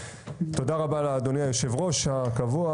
תודה רבה לאדוני היושב ראש הקבוע